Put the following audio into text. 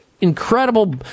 Incredible